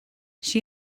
she